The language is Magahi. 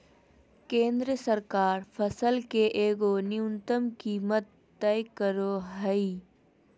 केंद्र सरकार फसल के एगो न्यूनतम कीमत तय करो हइ